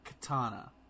Katana